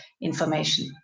information